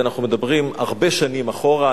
ואנחנו מדברים הרבה שנים אחורה,